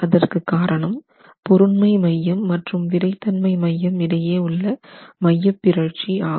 அதற்கு காரணம் பொருண்மை மையம் மற்றும் விறைத்தன்மை மையம் இடையே உள்ள மையப்பிறழ்ச்சி ஆகும்